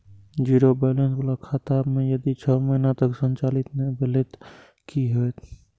Zero balance बाला खाता में यदि छः महीना तक संचालित नहीं भेल ते कि होयत?